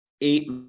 eight